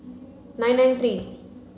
nine nine three